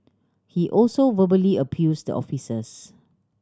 he also verbally abused the officers